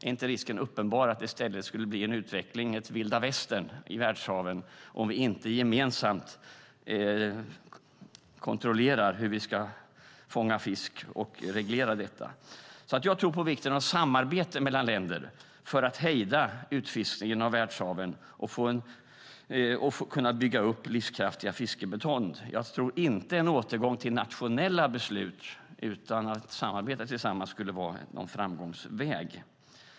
Är inte risken uppenbar att det i stället skulle bli vilda västern i världshaven om vi inte gemensamt kontrollerar hur vi ska fånga fisk och reglerar detta? Jag tror på vikten av samarbete mellan länder för att hejda utfiskningen av världshaven och kunna bygga upp livskraftiga fiskbestånd. Jag tror inte att en återgång till nationella beslut utan att samarbeta skulle vara någon framgångsväg.